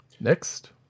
Next